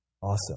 Awesome